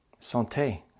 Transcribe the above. Santé